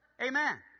Amen